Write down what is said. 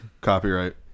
Copyright